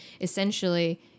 essentially